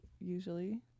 usually